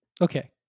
Okay